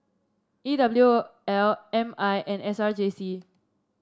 E W L M I and S R J C